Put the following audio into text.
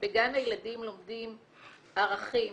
בגן הילדים לומדים ערכים,